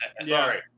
Sorry